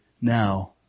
now